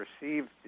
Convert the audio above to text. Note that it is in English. received